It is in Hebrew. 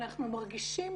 אנחנו מרגישים,